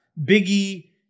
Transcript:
Biggie